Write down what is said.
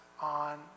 on